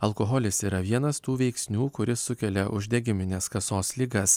alkoholis yra vienas tų veiksnių kuris sukelia uždegimines kasos ligas